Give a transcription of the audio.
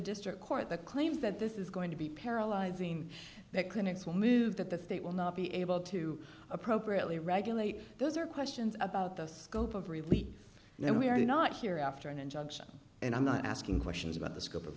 district court the claims that this is going to be paralyzing that clinics will move that the they will not be able to appropriately regulate those are questions about the scope of relief and then we are not here after an injunction and i'm not asking questions about the scope of